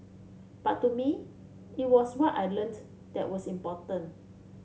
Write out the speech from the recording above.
but to me it was what I learnt that was important